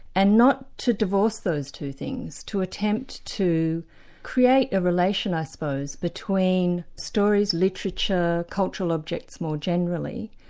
and not to divorce those two things. to attempt to create a relation i suppose between stories, literature, cultural objects more generally,